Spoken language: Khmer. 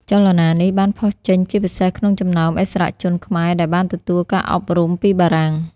ចលនានេះបានផុសចេញជាពិសេសក្នុងចំណោមឥស្សរជនខ្មែរដែលបានទទួលការអប់រំពីបារាំង។